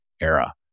era